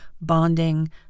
bonding